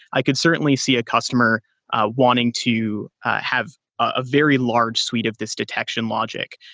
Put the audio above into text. i can certainly see a customer wanting to have a very large suite of this detection logic.